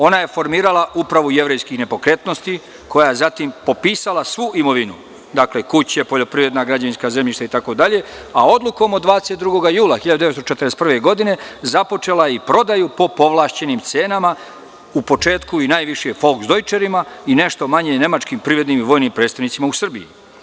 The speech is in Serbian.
Ona je formirala upravu jevrejskih nepokretnosti, koja je zatim popisala svu imovinu, dakle, kuće, poljoprivredna građevinska zemljišta itd, a odlukom od 22. jula 1941. godine započela je i prodaju po povlašćenim cenama, u početku i najviše foks dojčerima i nešto manje nemačkim privrednim i vojnim predstavnicima u Srbiji.